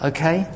Okay